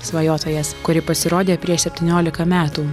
svajotojas kuri pasirodė prieš septyniolika metų